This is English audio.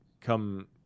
come